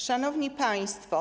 Szanowni Państwo!